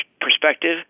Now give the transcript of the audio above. perspective